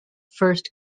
first